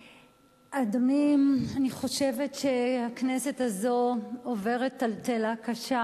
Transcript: אדוני, אני חושבת שהכנסת הזאת עוברת טלטלה קשה.